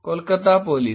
Kolkata police